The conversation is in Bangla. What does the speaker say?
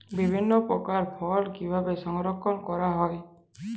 বিভিন্ন প্রকার ফল কিভাবে সংরক্ষণ করা হয়?